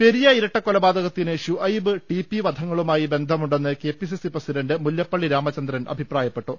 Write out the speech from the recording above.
പെരിയ ഇരട്ടക്കൊലപാതകത്തിന് Shuhaib T P വധങ്ങളുമായി ബന്ധമുണ്ടെന്ന് K P C C president Mullappally Ramachandran അഭിപ്രായപ്പെട്ടു